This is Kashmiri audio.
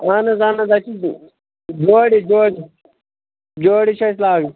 اَہَن حظ اَہَن حظ اَسہِ چھِ جورِ جورِ جورِ چھِ اَسہِ لاگٕنۍ